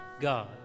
God